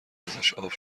ازشاب